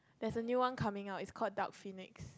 that's the new one coming out is called Dark Phoenix